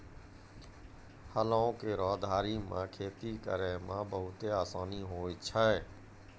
हलो केरो धारी सें खेती करै म बहुते आसानी होय छै?